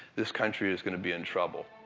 this country is gonna be in trouble.